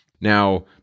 Now